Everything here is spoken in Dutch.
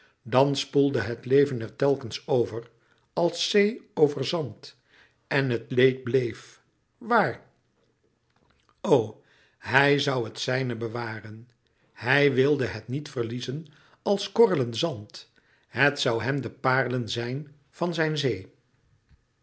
dan spoelde het leven er telkens over als zee over zand en het leed bleef waar o hij zoû het zijne bewaren hij wilde het niet verliezen als korrelen zand het zoû hem de parelen zijn van zijn zee